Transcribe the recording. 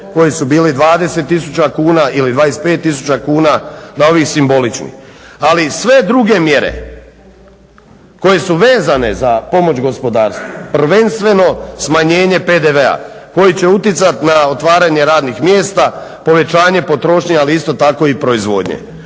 koji su bili 20000 kuna ili 25000 kuna na ovih simboličnih. Ali sve druge mjere koje su vezane za pomoć gospodarstvu prvenstveno smanjenje PDV-a koji će utjecati na otvaranje radnih mjesta, povećanje potrošnje ali isto tako i proizvodnje,